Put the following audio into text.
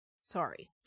Sorry